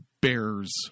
bears